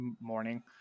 morning